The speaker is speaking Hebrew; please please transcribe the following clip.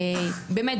באמת,